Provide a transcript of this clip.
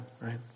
right